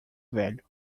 velho